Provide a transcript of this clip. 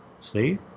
see